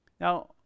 Now